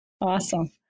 awesome